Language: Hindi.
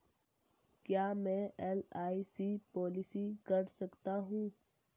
क्या मैं एल.आई.सी पॉलिसी कर सकता हूं?